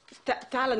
טל,